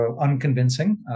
unconvincing